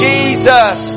Jesus